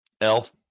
elf